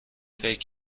فکر